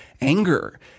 anger